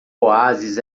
oásis